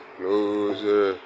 closer